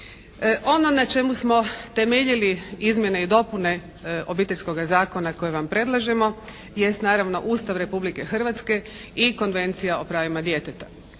Ono na čemu smo temeljili izmjene i dopune Obiteljskoga zakona koji vam predlažemo jest naravno Ustav Republike Hrvatske i Konvencija o pravima djeteta.